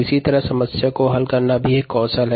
इसी तरह समस्या को हल करना भी एक कौशल है